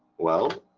well,